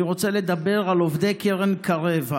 אני רוצה לדבר על עובדי קרן קרב,